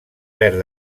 perd